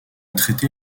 traité